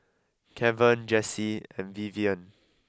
Kevan Jessee and Vivienne